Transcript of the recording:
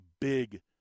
big